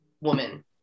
woman